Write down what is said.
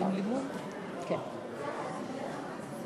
כשעולים לדוכן הזה ומדברים על מספרים